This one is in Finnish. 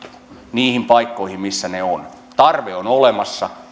niihin paikkoihin missä ne ovat tarve on olemassa